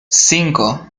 cinco